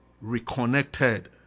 reconnected